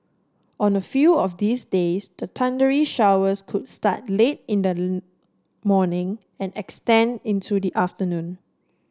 on a few of these days the thundery showers could start late in the morning and extend into the afternoon